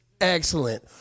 excellent